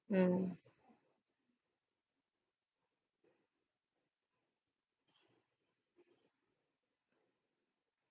mm